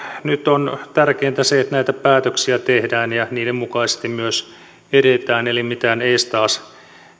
nyt on tärkeintä se että näitä päätöksiä tehdään ja niiden mukaisesti myös edetään eli mitään eestaas